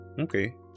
Okay